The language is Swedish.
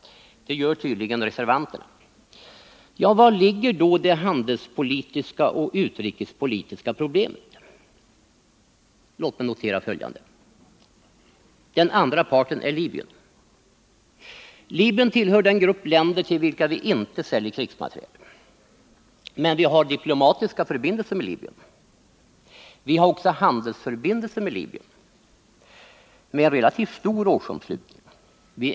Det gör tydligen reservanterna. Vari ligger då det handelspolitiska och utrikespolitiska problemet? Låt oss notera följande: Den andra parten är Libyen. Libyen tillhör de länder till vilka vi inte säljer krigsmateriel. Men vi har diplomatiska förbindelser med Libyen. Vi har också handelsförbindelser med Libyen med relativt stor årsomslutning.